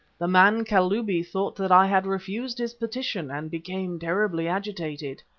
the man, kalubi, thought that i had refused his petition and became terribly agitated.